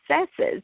successes